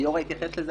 גיורא התייחס לזה.